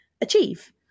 achieve